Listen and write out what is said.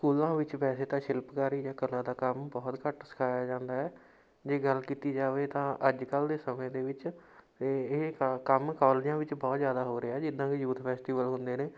ਸਕੂਲਾਂ ਵਿੱਚ ਵੈਸੇ ਤਾਂ ਸ਼ਿਲਪਕਾਰੀ ਜਾਂ ਕਲਾ ਦਾ ਕੰਮ ਬਹੁਤ ਘੱਟ ਸਿਖਾਇਆ ਜਾਂਦਾ ਹੈ ਜੇ ਗੱਲ ਕੀਤੀ ਜਾਵੇ ਤਾਂ ਅੱਜ ਕੱਲ੍ਹ ਦੇ ਸਮੇਂ ਦੇ ਵਿੱਚ ਇਹ ਕ ਕੰਮ ਕੋਲਜਾਂ ਵਿੱਚ ਬਹੁਤ ਜ਼ਿਆਦਾ ਹੋ ਰਿਹਾ ਜਿੱਦਾਂ ਕੀ ਯੂਥ ਫੈਸਟੀਵਲ ਹੁੰਦੇ ਨੇ